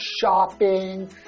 shopping